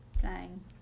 flying